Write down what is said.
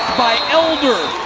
by elder!